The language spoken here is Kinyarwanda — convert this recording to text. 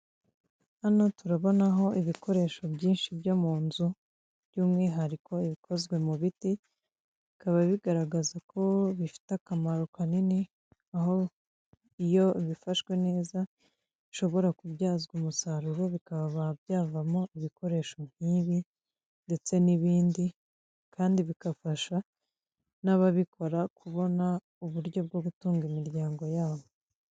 Hano turabona aho ibikoresho byinshi byo mu nzu, by'umwihariko ibikozwe mu biti bikaba bigaragaza ko bifite akamaro kanini, iyo bifashwe neza bishobora kubyazwa umusaruro bikaba byavamo ibikoresho nk'ibi, ndetse n'ibindi kandi bigafasha n'ababikora kubona uburyo bwo gutunga imiryango yabo.